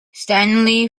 stanley